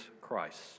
Christ